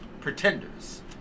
pretenders